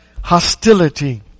hostility